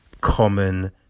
common